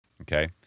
okay